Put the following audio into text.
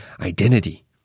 identity